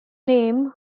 name